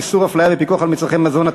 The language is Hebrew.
איסור הפליה בפיקוח על מצרכי מזון),